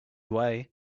away